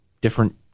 different